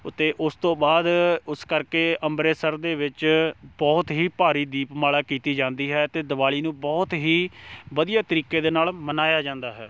ਅਤੇ ਉਸ ਤੋਂ ਬਾਅਦ ਉਸ ਕਰਕੇ ਅੰਬਰਸਰ ਦੇ ਵਿੱਚ ਬਹੁਤ ਹੀ ਭਾਰੀ ਦੀਪਮਾਲਾ ਕੀਤੀ ਜਾਂਦੀ ਹੈ ਅਤੇ ਦਿਵਾਲੀ ਨੂੰ ਬਹੁਤ ਹੀ ਵਧੀਆ ਤਰੀਕੇ ਦੇ ਨਾਲ ਮਨਾਇਆ ਜਾਂਦਾ ਹੈ